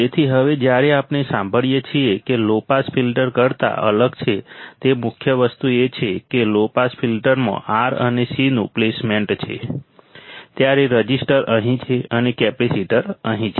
તેથી હવે જ્યારે આપણે સાંભળીએ છીએ કે લો પાસ ફિલ્ટર કરતા અલગ છે તે મુખ્ય વસ્તુ એ છે કે લો પાસ ફિલ્ટરમાં R અને C નું પ્લેસમેન્ટ છે ત્યારે રઝિસ્ટર અહીં છે અને કેપેસિટર અહીં છે